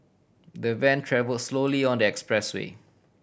the van travel slowly on the expressway